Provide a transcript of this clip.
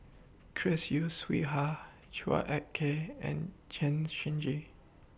Chris Yeo Siew Hua Chua Ek Kay and Chen Shiji